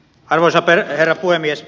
arvoisa herra puhemies